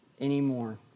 anymore